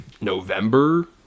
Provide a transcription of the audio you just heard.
november